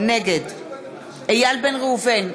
נגד איל בן ראובן,